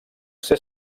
ser